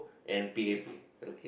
and p_a_p okay